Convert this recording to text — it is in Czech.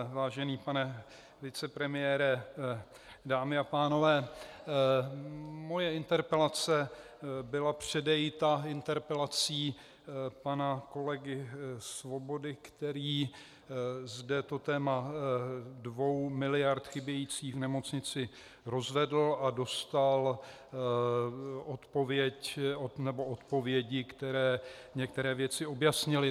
Vážený pane vicepremiére, dámy a pánové, moje interpelace byla předejita interpelací pana kolegy Svobody, který zde to téma 2 mld. chybějících v nemocnicích rozvedl a dostal odpovědi, které některé věci objasnily.